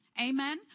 amen